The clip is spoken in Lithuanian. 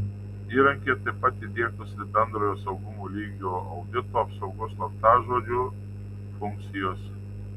įrankyje taip pat įdiegtos ir bendrojo saugumo lygio audito apsaugos slaptažodžiu funkcijos